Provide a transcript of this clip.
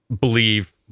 believe